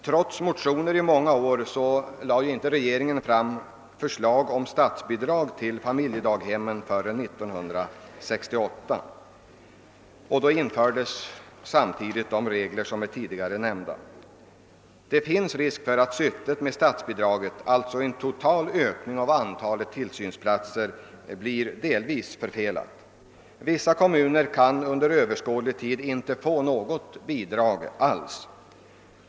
Trots motioner i många år lade inte regeringen fram något förslag om statsbidrag till familjedaghemmen förrän 1968, och då infördes också samtidigt de regler som tidigare har nämnts. Det finns risk för att syftet med statsbidraget — en total ökning av antalet tillsynsplatser — delvis blir förfelat. Vissa kommuner kan under överskådlig tid inte få något bidrag alls.